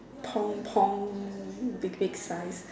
Tong tong vintage five